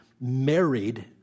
married